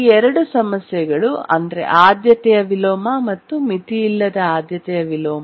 ಈ ಎರಡು ಸಮಸ್ಯೆಗಳು ಆದ್ಯತೆಯ ವಿಲೋಮ ಮತ್ತು ಮಿತಿಯಿಲ್ಲದ ಆದ್ಯತೆಯ ವಿಲೋಮ